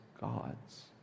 gods